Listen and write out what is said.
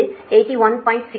0 கோணம் 9